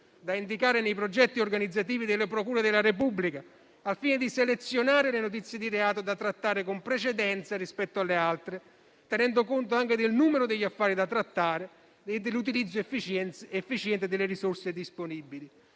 da indicare nei progetti organizzativi delle procure della Repubblica al fine di selezionare le notizie di reato da trattare con precedenza rispetto alle altre, tenendo conto anche del numero degli affari da trattare e dell'utilizzo efficiente delle risorse disponibili.